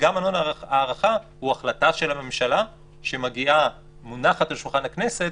שגם הוא החלטה של הממשלה שמונחת על שולחן הכנסת,